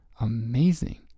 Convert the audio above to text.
amazing